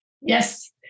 Yes